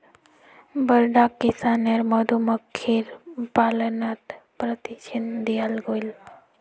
वर्धाक किसानेर मधुमक्खीर पालनत प्रशिक्षण दियाल गेल